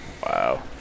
Wow